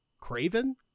Craven